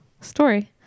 story